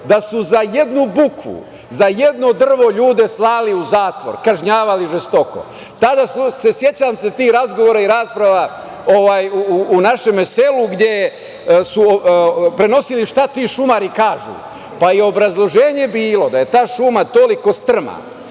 da su za jednu bukvu, za jedno drvo ljude slali u zatvor, kažnjavali žestoko.Sećam se tada tih razgovora i rasprava u našem selu, gde su prenosili šta ti šumari kažu, pa i obrazloženje je bilo da je ta šuma toliko strma,